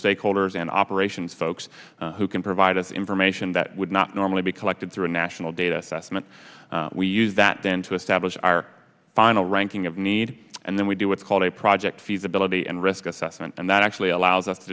stakeholders and operations folks who can provide us information that would not normally be collected through a national data estimate we use that then to establish our final ranking of needs and then we do what's called a project feasibility and risk assessment and that actually allows us to